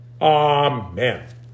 Amen